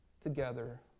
together